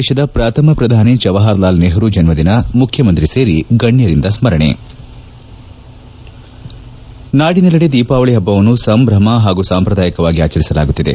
ದೇಶದ ಪ್ರಥಮ ಪ್ರಧಾನಿ ಜವಾಹರಲಾಲ್ ನೆಹರೂ ಜನ್ಮದಿನ ಮುಖ್ಯಮಂತ್ರಿ ಸೇರಿ ಗಣ್ಯರಿಂದ ಸ್ಮರಣೆ ನಾಡಿನೆಲ್ಲೆಡೆ ದೀಪಾವಳಿ ಹಬ್ಬವನ್ನು ಸಂಭ್ರಮ ಹಾಗೂ ಸಾಂಪ್ರದಾಯಕವಾಗಿ ಆಚರಿಸಲಾಗುತ್ತಿದೆ